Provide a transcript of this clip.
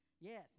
Yes